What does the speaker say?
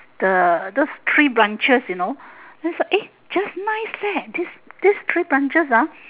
the those tree branches you know was like eh just nice leh this this tree branches ah